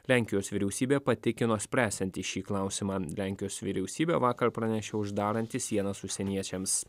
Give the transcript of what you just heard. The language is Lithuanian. lenkijos vyriausybė patikino spręsianti šį klausimą lenkijos vyriausybė vakar pranešė uždaranti sienas užsieniečiams